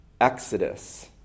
exodus